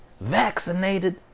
Vaccinated